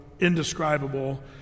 indescribable